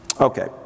Okay